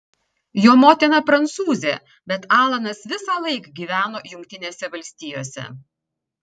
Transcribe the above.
jo motina prancūzė bet alanas visąlaik gyveno jungtinėse valstijose